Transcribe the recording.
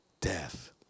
death